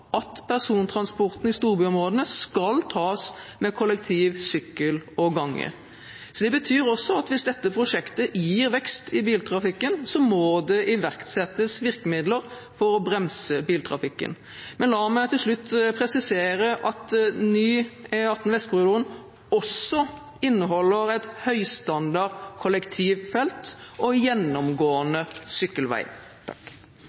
at persontransporten i storbyområdene skal tas med kollektiv, sykkel og gange. Det betyr også at hvis dette prosjektet gir vekst i biltrafikken, må det iverksettes virkemidler for å bremse biltrafikken. Men la meg til slutt presisere at ny E18 Vestkorridoren også inneholder et høystandard kollektivfelt og